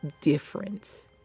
different